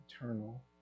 eternal